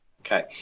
Okay